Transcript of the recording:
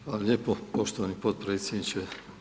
Hvala lijepo poštovani potpredsjedniče.